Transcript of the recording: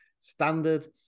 standard